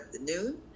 afternoon